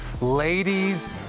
ladies